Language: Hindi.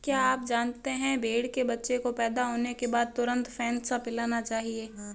क्या आप जानते है भेड़ के बच्चे को पैदा होने के बाद तुरंत फेनसा पिलाना चाहिए?